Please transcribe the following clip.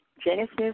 Genesis